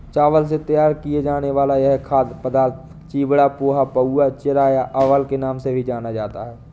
चावल से तैयार किया जाने वाला यह खाद्य पदार्थ चिवड़ा, पोहा, पाउवा, चिरा या अवल के नाम से भी जाना जाता है